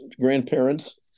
grandparents